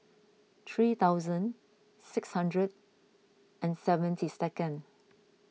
three thousand six hundred and seventy second